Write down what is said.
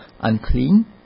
unclean